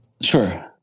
Sure